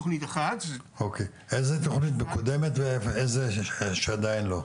איזו תכנית מקודמת ואיזה שעדיין לא?